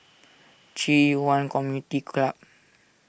Ci Yuan Community Club